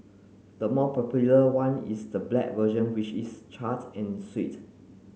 the more popular one is the black version which is charred and sweet